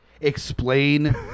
explain